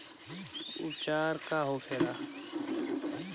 उपचार का होखे?